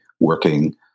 working